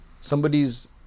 Somebody's